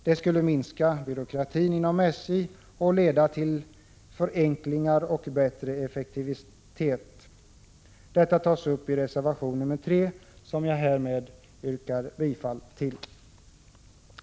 Det skulle minska byråkratin inom SJ och leda till förenklingar och bättre effektivitet. Detta tas upp i reservation nr 3, som jag härmed yrkar bifall till.